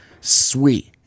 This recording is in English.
sweet